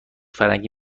فرنگی